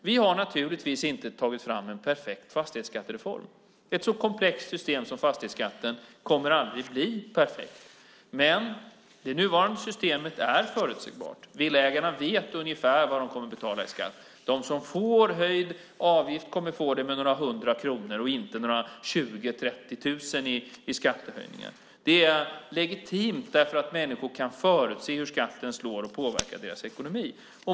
Vi har naturligtvis inte tagit fram en perfekt fastighetsskattereform. Ett så komplext system som fastighetsskatten kommer aldrig att bli perfekt, men det nuvarande systemet är förutsägbart. Villaägarna vet ungefär vad de kommer att betala i skatt. De som får höjd avgift kommer att få det med några hundra kronor och inte med 20 000-30 000 kronor i skattehöjningar. Systemet är legitimt därför att människor kan förutse hur skatten slår och påverkar deras ekonomi.